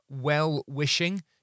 well-wishing